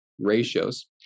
ratios